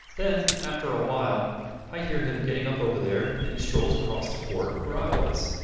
then after a while i hear him getting up over there, and he strolls across to port, where i was.